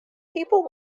people